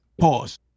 Pause